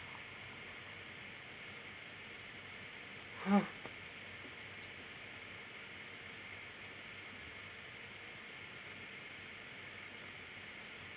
!huh!